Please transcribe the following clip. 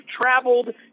traveled